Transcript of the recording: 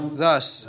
thus